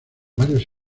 varios